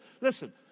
Listen